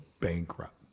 bankrupt